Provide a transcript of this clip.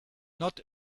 not